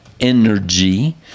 energy –